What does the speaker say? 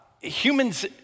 humans